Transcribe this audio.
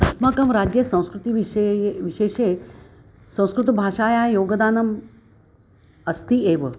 अस्माकं राज्ये संस्कृतिविषये ये विशेषतया संस्कृतभाषायाः योगदानम् अस्ति एव